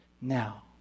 now